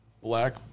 black